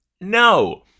No